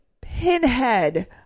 Pinhead